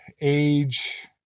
age